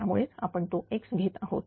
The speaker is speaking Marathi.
त्यामुळेच आपण तो X घेत आहोत